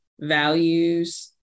values